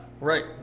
Right